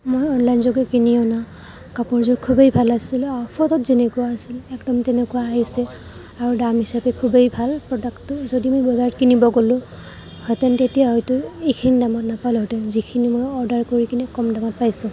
মই অনলাইন যোগে কিনি অনা কাপোৰ যোৰ খুবেই ভাল আছিল ফটোত যেনেকুৱা আছিল একদম তেনেকুৱা আহিছে আৰু দাম হিচাপে খুবেই ভাল প্ৰডাক্টটো যদি মই বজাৰত কিনিব গ'লো হেঁতেন তেতিয়া হয়তো এইখিনি দামত নাপালোহেঁতেন যিখিনি মই অৰ্ডাৰ কৰি কিনে কম দামত পাইছোঁ